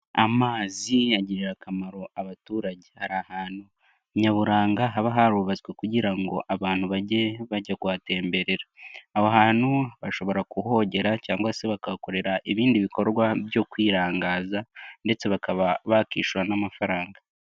Amazi agirira akamaro abaturage, ari ahantu nyaburanga haba harubatswe kugira ngo abantu bajye bajya kuhatemberera. Aho hantu bashobora kuhogera cyangwa se bagahakorera ibindi bikorwa byo kwirangaza ndetse bakaba bakishyura n'amafaranga.